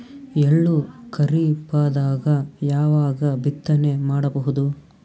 ಎಳ್ಳು ಖರೀಪದಾಗ ಯಾವಗ ಬಿತ್ತನೆ ಮಾಡಬಹುದು?